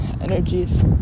energies